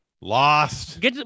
lost